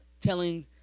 telling